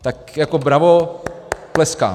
Tak jako bravo , tleskám.